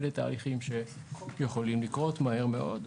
אלה תהליכים שיכולים לקרות מהר מאוד,